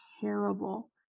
terrible